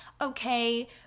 okay